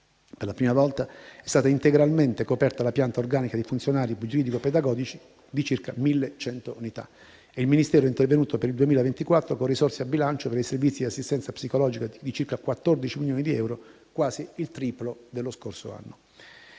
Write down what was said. Per la prima volta è stata integralmente coperta la pianta organica dei funzionari giuridico-pedagogici (circa 1.100 unità) e il Ministero è intervenuto per il 2024 con risorse a bilancio per i servizi di assistenza psicologica pari a circa 14 milioni di euro, quasi il triplo dell'anno scorso.